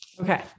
Okay